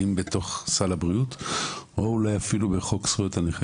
האם בתוך סל הבריאות או אולי אפילו בחוק זכויות הנכה.